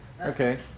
Okay